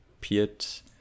Piet